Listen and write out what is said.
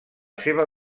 seva